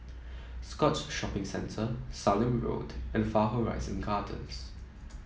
Scotts Shopping Centre Sallim Road and Far Horizon Gardens